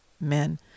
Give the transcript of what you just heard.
men